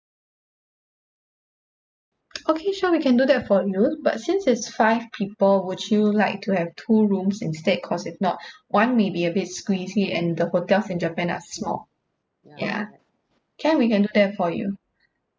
okay sure we can do that for you but since it's five people would you like to have two rooms instead cause if not one may be a bit squeezy and the hotels in japan are small ya can we can do that for you